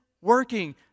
working